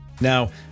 Now